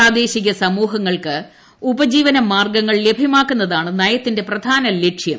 പ്രാദേശിക സമൂഹങ്ങൾക്ക് ഉപജീവനമാർഗങ്ങൾ ലഭ്യമാക്കുന്നതാണ് നയത്തിന്റെ പ്രധാന ലക്ഷ്യം